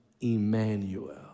Emmanuel